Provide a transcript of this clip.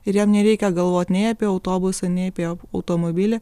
ir jam nereikia galvot nei apie autobusą nei apie automobilį